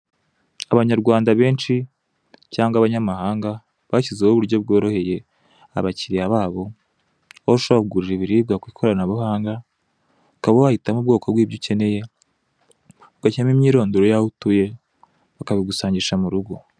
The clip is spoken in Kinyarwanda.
Abanyarwanda benshi cyangwa abanyamahanga bashyizeho uburyo bworoheye abakiriya babo aho ushobora kugurira ibiribwa kwikoranabuhanga ukaba wahitamo ubwoko bwibyo ukeneye, ugashyiramo imyirondoro yaho utuye bakabigusangisha murugo.